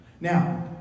Now